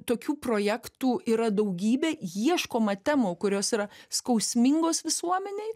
tokių projektų yra daugybė ieškoma temų kurios yra skausmingos visuomenei